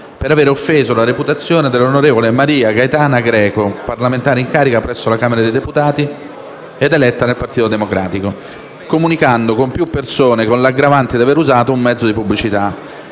per aver offeso la reputazione dell'onorevole Maria Gaetana Greco, parlamentare in carica presso la Camera dei deputati, eletta nel Partito Democratico, comunicando con più persone, con l'aggravante di aver usato un mezzo di pubblicità.